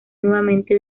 nuevamente